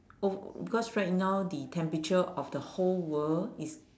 oh because right now the temperature of the whole world is